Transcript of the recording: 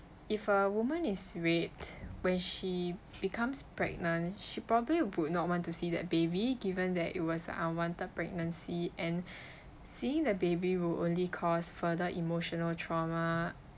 if a woman is raped when she becomes pregnant she probably would not want to see that baby given that it was an unwanted pregnancy and seeing the baby will only cause further emotional trauma